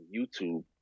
YouTube